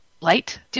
light